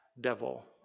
devil